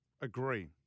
Agree